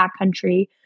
backcountry